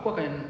aku akan